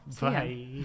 Bye